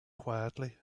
quietly